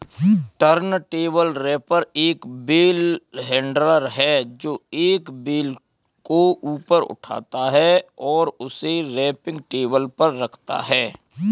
turntable wrapper एक bale handler है, जो एक बेल को ऊपर उठाता है और उसे रैपिंग टेबल पर रखता है